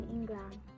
England